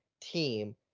team